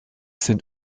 sind